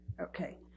Okay